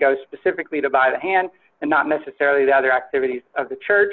goes specifically to by the hand and not necessarily the other activities of the church